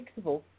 fixable